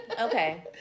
Okay